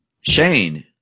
Shane